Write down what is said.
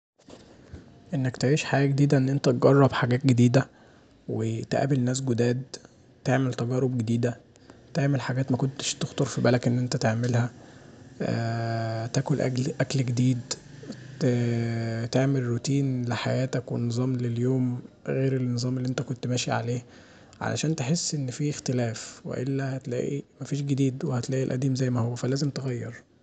انك تغيش حياه جديده ان انت تجرب حاجات جديده وتقابل ناس جداد، تعمل تجارب جديده، تعمل حاجات مكنتش تخطر في بالك ان انت تعملها، تاكل اكل جديد تعمل روتين لحياتك ونظام لليوم غير النظام اللي انت كنت ماشي عليه، عشان تحس ان فيه اختلاف، والا مش هتحس ان فيه جديد، وهتلاقي القديم زي ماهو فلازم تغير.